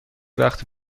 وقتی